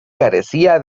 carecía